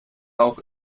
auch